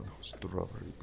strawberry